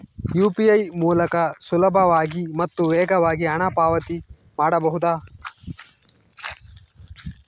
UPI ಮೂಲಕ ಸುಲಭವಾಗಿ ಮತ್ತು ವೇಗವಾಗಿ ಹಣ ಪಾವತಿ ಮಾಡಬಹುದಾ?